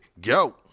Go